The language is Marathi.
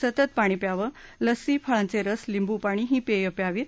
सतत पाणी प्यावं लस्सी फळांचे रस लिंबु पाणी ही पेयं ही प्यावीत